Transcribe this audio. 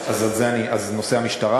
אז זה נושא המשטרה,